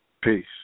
Peace